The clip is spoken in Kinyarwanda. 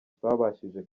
twabashije